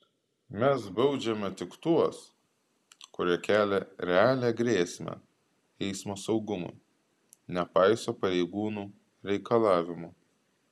mes baudžiame tik tuos kurie kelia realią grėsmę eismo saugumui nepaiso pareigūnų reikalavimų